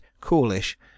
coolish